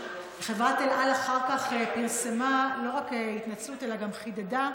חברת אל על אחר כך פרסמה לא רק התנצלות אלא גם חידדה